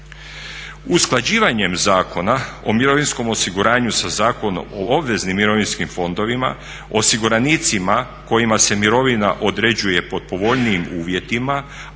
Usklađivanjem Zakona o mirovinskom osiguranju sa Zakonom o obveznim mirovinskim fondovima osiguranicima kojima se mirovina određuje pod povoljnijim uvjetima,